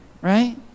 right